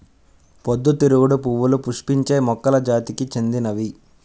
పొద్దుతిరుగుడు పువ్వులు పుష్పించే మొక్కల జాతికి చెందినవి